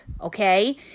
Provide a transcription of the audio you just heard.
Okay